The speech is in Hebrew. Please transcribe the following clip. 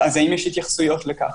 האם יש התייחסויות לכך?